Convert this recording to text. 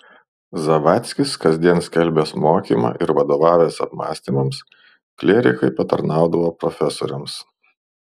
zavadzkis kasdien skelbęs mokymą ir vadovavęs apmąstymams klierikai patarnaudavo profesoriams